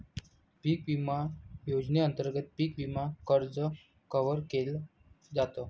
पिक विमा योजनेअंतर्गत पिक विमा कर्ज कव्हर केल जात